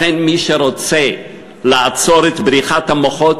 לכן, מי שרוצה לעצור את בריחת המוחות,